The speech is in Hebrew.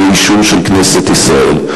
באישור של כנסת ישראל.